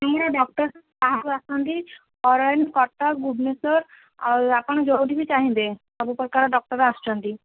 doctor ଆସିଛନ୍ତି କଟକ ଭୁବନେଶ୍ୱର ଆଉ ଆପଣ ଯେଉଁଠି ବି ଚାହିଁବେ ସବୁ ପ୍ରକାର ଡ଼କ୍ଟର୍ ଆସୁଛନ୍ତି